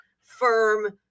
firm